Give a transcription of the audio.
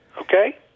Okay